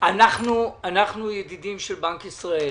אנחנו ידידים של בנק ישראל.